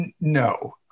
No